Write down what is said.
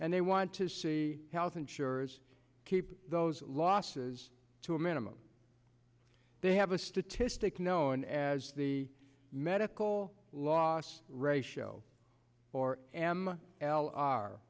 and they want to see health insurers keep those losses to a minimum they have a statistic known as the medical loss ratio or m l